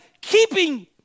keeping